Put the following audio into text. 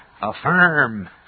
affirm